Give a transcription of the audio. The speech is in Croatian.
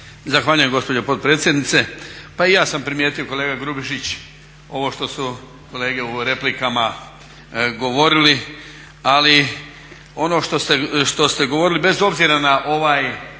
Zahvaljujem gospođo potpredsjednice. Pa i ja sam primijetio kolega Grubišić ovo što su kolege u replikama govorili, ali ono što ste govorili bez obzira na ovaj